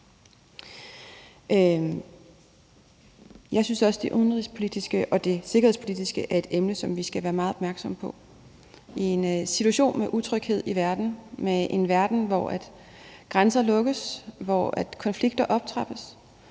Jeg synes også, at det udenrigspolitiske og det sikkerhedspolitiske er emner, som vi skal være meget opmærksomme på. I en situation med utryghed i verden og i en verden, hvor grænser lukkes, og hvor konflikter optrappes,